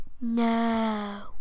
No